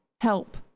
help